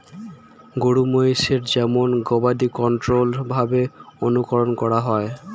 গরু মহিষের যেমন গবাদি কন্ট্রোল্ড ভাবে অনুকরন করা হয়